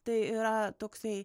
tai yra toksai